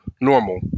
normal